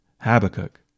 Habakkuk